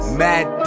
mad